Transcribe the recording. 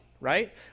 right